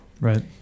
Right